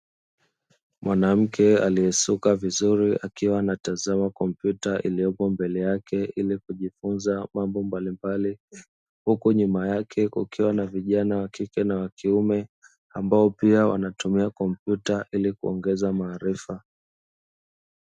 Mwanamke aliyesuka vizuri akiwa anatazama kompyuta iliyopo mbele yake ili kujifunza mbalimbali huku nyuma yake kukiwa na vijana wa kike na wa kiume ambao pia wanatumia kompyuta ili kuongeza maarifa.